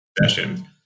session